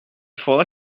faudra